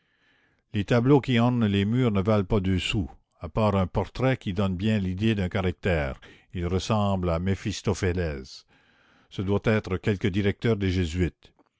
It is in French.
les tableaux qui ornent les murs ne valent pas deux sous à part un portrait qui donne bien l'idée d'un caractère il ressemble à méphistophélès ce doit être quelque directeur des jésuites